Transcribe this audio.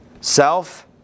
self